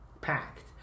packed